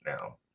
now